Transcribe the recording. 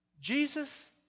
Jesus